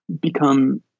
become